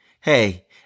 Hey